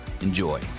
Enjoy